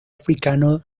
africano